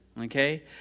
Okay